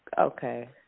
okay